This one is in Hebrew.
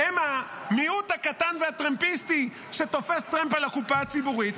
הם המיעוט הקטן והטרמפיסטי שתופס טרמפ על הקופה הציבורית,